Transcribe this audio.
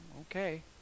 Okay